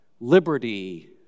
liberty